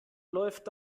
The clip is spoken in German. läuft